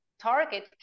target